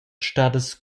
stadas